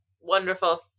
wonderful